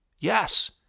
Yes